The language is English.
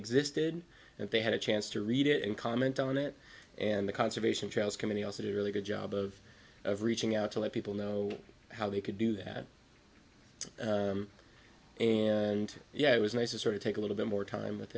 existed and they had a chance to read it and comment on it and the conservation trails committee also did a really good job of reaching out to let people know how they could do that and yeah it was nice to sort of take a little bit more time with